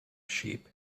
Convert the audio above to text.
sheep